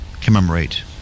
commemorate